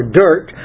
dirt